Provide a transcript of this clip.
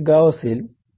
आकारणे हे आहे